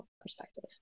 perspective